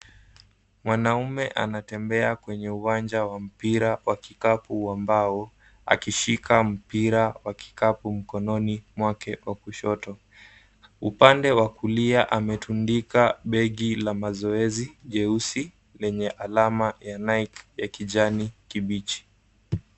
Mwanamume anatembea kwenye uwanja wa mpira wa kikapu wa mbao, akishika mpira wa kikapu mkononi mwake wa kushoto. Upande wa kulia ametundika begi la mazoezi jeusi, lenye alama ya Nike ya kijani kibichi.